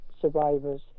survivors